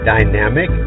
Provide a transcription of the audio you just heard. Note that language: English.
Dynamic